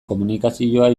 komunikazioa